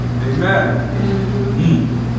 Amen